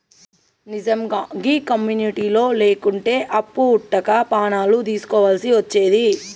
నిజ్జంగా గీ కమ్యునిటోళ్లు లేకుంటే అప్పు వుట్టక పానాలు దీస్కోవల్సి వచ్చేది